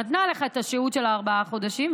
היא נתנה לך שהות של ארבעה חודשים,